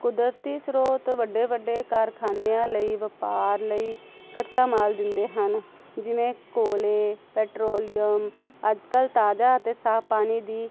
ਕੁਦਰਤੀ ਸਰੋਤ ਵੱਡੇ ਵੱਡੇ ਕਾਰਖਾਨਿਆਂ ਲਈ ਵਪਾਰ ਲਈ ਕੱਚਾ ਮਾਲ ਦਿੰਦੇ ਹਨ ਜਿਵੇਂ ਕੋਲੇ ਪੈਟਰੋਲੀਅਮ ਅੱਜ ਕੱਲ੍ਹ ਤਾਜ਼ਾ ਅਤੇ ਸਾਫ਼ ਪਾਣੀ ਦੀ